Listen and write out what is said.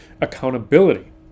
accountability